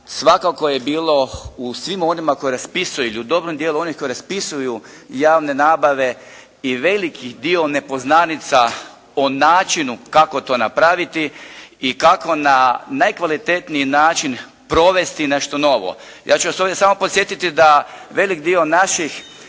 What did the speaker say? svakako je bilo u svima onima koji raspisuje ili u dobrom dijelu onih koji raspisuju javne nabave i veliki dio nepoznanica po načinu kako to napraviti i kako na najkvalitetniji način provesti nešto novo. Ja ću vas ovdje samo podsjetiti da velik dio naših